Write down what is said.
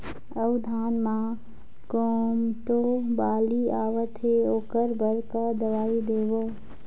अऊ धान म कोमटो बाली आवत हे ओकर बर का दवई देबो?